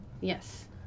Yes